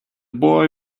boy